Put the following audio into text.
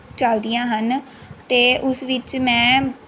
ਚਲਦੀਆਂ ਹਨ ਅਤੇ ਉਸ ਵਿੱਚ ਮੈਂ